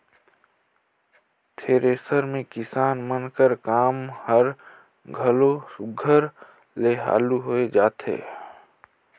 thresher ले किसान मन कर काम हर घलो सुग्घर ले हालु होए जाथे